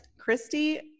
christy